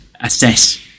assess